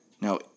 Now